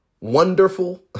wonderful